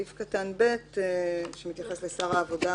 סעיף קטן (ב) שמתייחס לשר העבודה,